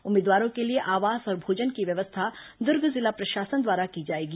उम्मीदवारों के लिए आवास और भोजन की व्यवस्था दुर्ग जिला प्रशासन द्वारा की जाएगी